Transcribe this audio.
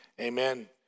amen